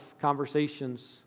conversations